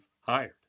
hired